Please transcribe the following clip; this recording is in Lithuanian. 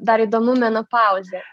dar įdomu menopauzė